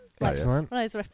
Excellent